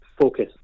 focus